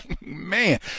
Man